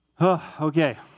Okay